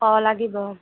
অ লাগিব অ